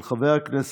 של חבר הכנסת